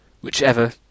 whichever